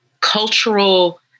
cultural